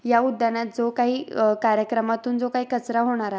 या उद्यानात जो काही कार्यक्रमातून जो काही कचरा होणार आहे